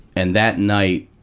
and that night,